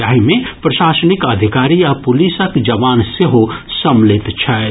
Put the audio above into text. जाहि मे प्रशासनिक अधिकारी आ पुलिसक जवान सेहो सम्मिलित छथि